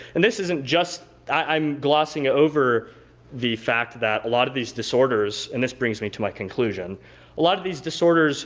and this isn't just i'm glossing over the fact that a lot of these disorders and this brings me to my conclusion a lot of these disorders